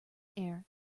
air